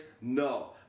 No